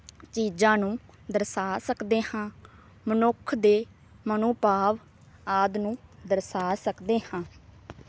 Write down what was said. ਚੀਜ਼ਾਂ ਨੂੰ ਦਰਸਾ ਸਕਦੇ ਹਾਂ ਮਨੁੱਖ ਦੇ ਮਨੋਭਾਵ ਆਦਿ ਨੂੰ ਦਰਸਾ ਸਕਦੇ ਹਾਂ